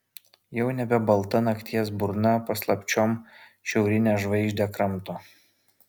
jau nebe balta nakties burna paslapčiom šiaurinę žvaigždę kramto